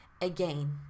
again